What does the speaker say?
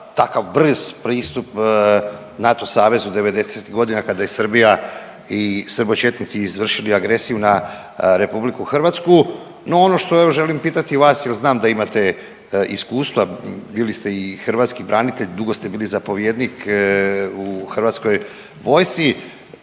takav brz pristup NATO savezu '90.-ih godina kada je Srbija i srbočetnici izvršili agresiju na RH. No, ono što još želim pitati vas jel znam da imate iskustva, bili ste i hrvatski branitelj dugo ste bili zapovjednik u hrvatskoj vojsci.